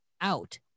out